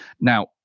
Now